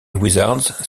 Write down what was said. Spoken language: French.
wizards